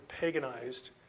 paganized